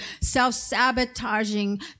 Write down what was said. self-sabotaging